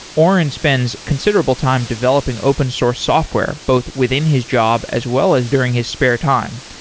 oren spends considerable time developing open source software both within his job as well as during his spare time.